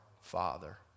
Father